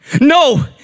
No